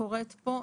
שקורית פה.